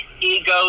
ego